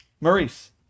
Maurice